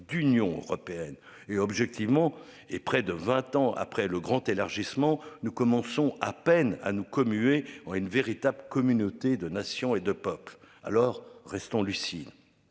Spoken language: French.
d'Union européenne et objectivement et près de 20 ans après le grand élargissement, nous commençons à peine à nous commuée en une véritable communauté de nations et de peuples alors restons lucides.